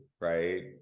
right